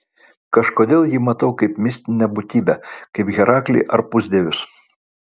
kažkodėl jį matau kaip mistinę būtybę kaip heraklį ar pusdievius